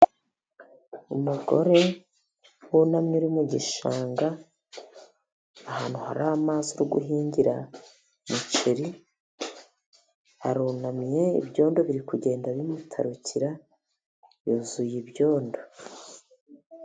Umugore wunamye uri mu gishanga ahantu hari amazi ari guhingira umuceri, arunamiye ibyondo biri kugenda bimutarukira yuzuye ibyondo.